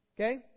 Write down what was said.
Okay